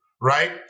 right